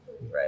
right